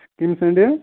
کٕمۍ سٕندۍ حظ